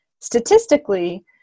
statistically